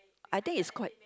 I think it's quite